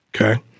Okay